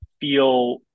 feel